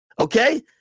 okay